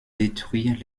détruire